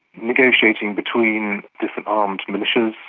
negotiating between different armed militias,